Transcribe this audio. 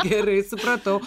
gerai supratau